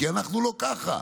כי אנחנו לא ככה.